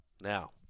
now